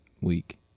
week